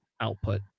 output